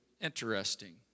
interesting